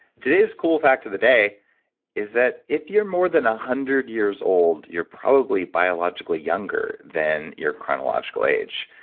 today's cool fact of the day is that if you're more than one ah hundred years old, you're probably biologically younger than your chronological age.